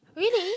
really